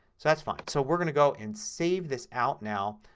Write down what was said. so that's fine. so we're going to go and save this out now.